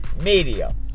media